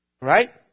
Right